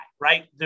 right